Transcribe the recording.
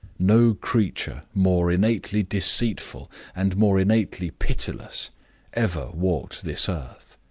no creature more innately deceitful and more innately pitiless ever walked this earth.